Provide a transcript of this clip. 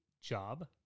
job